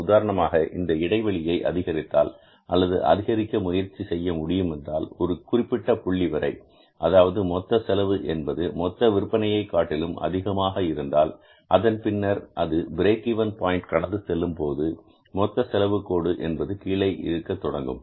உதாரணமாக இந்த இடைவெளியை அதிகரித்தால் அல்லது அதிகரிக்க முயற்சி செய்ய முடியுமென்றால் ஒரு குறிப்பிட்ட புள்ளி வரை அதாவது மொத்த செலவு என்பது மொத்த விற்பனையை காட்டிலும் அதிகமாக இருந்தால் அதன் பின்னர் அது பிரேக் இவென் பாயின்ட் கடந்து செல்லும்போது மொத்த செலவு கோடு என்பது கீழே இருக்க துவங்கும்